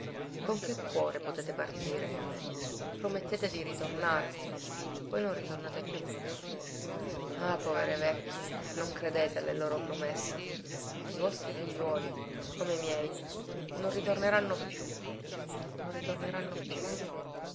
con che cuore potete partire promettete di ritornare poi non ritornate più ah povere vecchie non credete alle loro promesse i vostri figliuoli come i miei non ritorneranno più non ritorneranno piu